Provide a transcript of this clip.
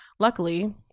Luckily